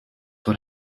what